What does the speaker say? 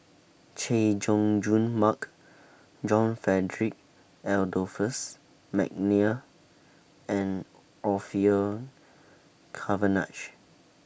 Chay Jung Jun Mark John Frederick Adolphus Mcnair and Orfeur Cavenagh